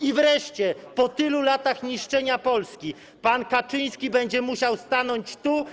I wreszcie po tylu latach niszczenia Polski pan Kaczyński będzie musiał stanąć tu.